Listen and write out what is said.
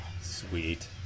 Sweet